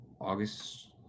August